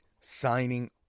signing